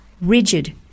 rigid